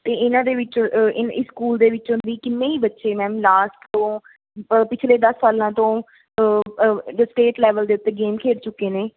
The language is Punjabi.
ਅਤੇ ਇਹਨਾਂ ਦੇ ਵਿੱਚ ਇਨ ਇਸ ਸਕੂਲ ਦੇ ਵਿੱਚੋਂ ਵੀ ਕਿੰਨੇ ਹੀ ਬੱਚੇ ਮੈਮ ਲਾਸਟ ਤੋਂ ਪਿਛਲੇ ਦਸ ਸਾਲਾਂ ਤੋਂ ਸਟੇਟ ਲੈਵਲ ਦੇ ਉੱਤੇ ਗੇਮ ਖੇਡ ਚੁੱਕੇ ਨੇ